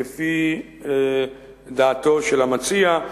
כפי דעתו של המציע,